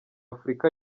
afurika